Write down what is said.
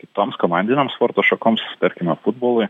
kitoms komandinėms sporto šakoms tarkime futbolui